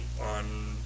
on